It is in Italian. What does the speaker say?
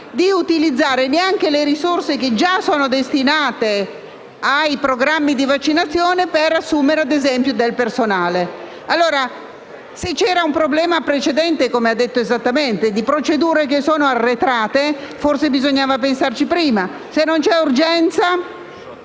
di utilizzare neanche le risorse già destinate ai programmi di vaccinazione per assumere, ad esempio, del personale. Pertanto, se c'era un problema precedente, come ha detto esattamente il senatore Malan, di procedure arretrate, forse bisognava pensarci prima. Se non c'era urgenza,